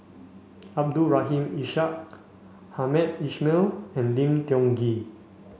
Abdul Rahim Ishak Hamed Ismail and Lim Tiong Ghee